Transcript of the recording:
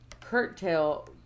curtail